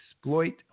exploit